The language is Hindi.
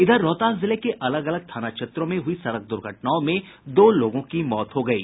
इधर रोहतास जिले के अलग अलग थाना क्षेत्रों में हुई सड़क दुर्घटनाओं में दो लोगों की मौत हो गयी